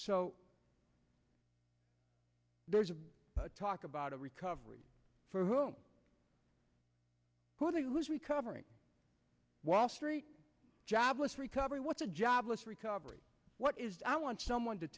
so there's a talk about a recovery for whom who's recovering wall street jobless recovery what the jobless recovery what is i want someone to